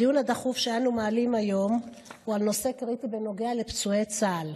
הדיון הדחוף שאנו מעלים היום הוא בנושא קריטי בנוגע לפצועי צה"ל.